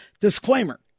disclaimer